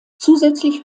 zusätzlich